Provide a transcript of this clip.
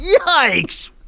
Yikes